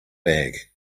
bag